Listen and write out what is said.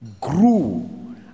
grew